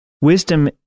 wisdom